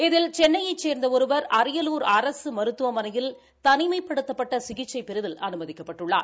இதில் சென்னையச் சேர்ந்த ஒருவர் அரியலூர் அரசு மருத்தவமனையில் தனிமைப்படுத்தப்பட்ட சிகிச்சை பிரிவில் அனுமதிக்கப்பட்டுள்ளார்